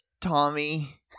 Tommy